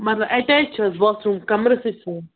مطلب اَٹیچ چھِ حظ باتھ روٗم کَمرَسٕے سۭتۍ